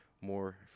more